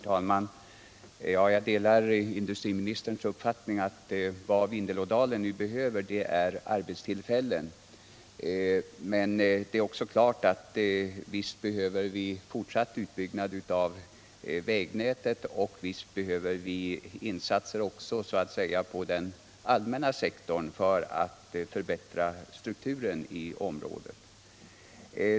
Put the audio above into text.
Herr talman! Jag delar industriministerns uppfattning att vad Vindelådalen nu behöver är varaktiga arbetstillfällen. Men det är också klart att vi behöver fortsatt utbyggnad av vägnätet och insatser på den allmänna sektorn för att förbättra strukturen i området.